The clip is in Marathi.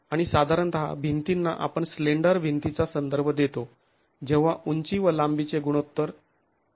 आणि साधारणतः भिंतींना आपण स्लेंडर भिंतीचा संदर्भ देतो जेव्हा उंची व लांबी चे गुणोत्तर १